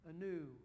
anew